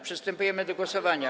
Przystępujemy do głosowania.